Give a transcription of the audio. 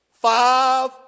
Five